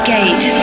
Gate